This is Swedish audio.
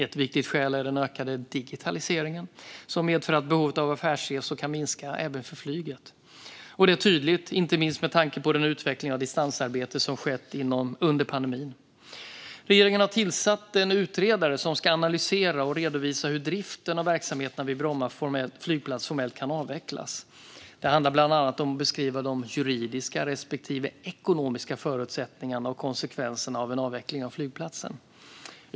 Ett viktigt skäl är den ökade digitaliseringen, som medför att behovet av affärsresor kan minska även för flyget. Detta är tydligt, inte minst med tanke på den utveckling av distansarbete som skett under pandemin. Regeringen har tillsatt en utredare som ska analysera och redovisa hur driften av verksamheterna vid Bromma flygplats formellt kan avvecklas. Det handlar bland annat om att beskriva de juridiska respektive ekonomiska förutsättningarna och konsekvenserna av en avveckling av flygplatsen.